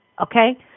Okay